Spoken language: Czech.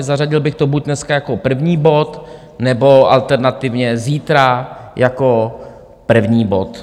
Zařadil bych to buď dneska jako první bod, nebo alternativně zítra jako první bod.